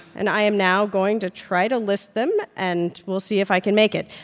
and i am now going to try to list them. and we'll see if i can make it.